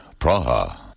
Praha